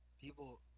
People